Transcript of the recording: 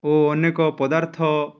ଓ ଅନେକ ପଦାର୍ଥ